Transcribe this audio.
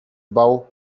bał